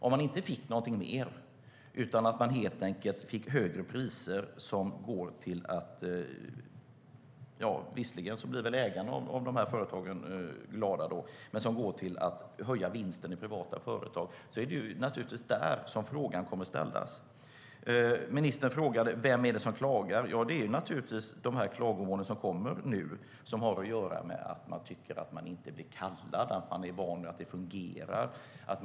Om de inte har fått någonting mer än högre priser som går till att höja vinsten i privata företag - ägarna av de företagen blir visserligen glada - är det naturligtvis om det frågan kommer att ställas. Ministern frågar vem det är som klagar. Klagomålen som kommer nu har att göra med att man är van vid att det fungerar men tycker att man inte blir kallad.